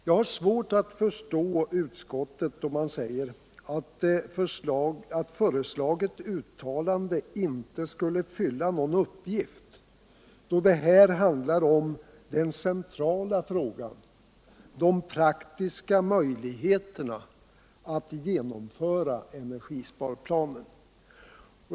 Jag har svårt att förstå utskottet då det säger, att föreslaget uttalande inte skulle fylla någon uppgift. Det handlar ju här om den centrala frågan, de praktiska möjligheterna att genomföra energisparplanen.